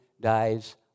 dies